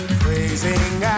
praising